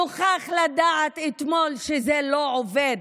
נוכח לדעת אתמול שזה לא עובד,